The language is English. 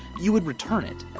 you would return it.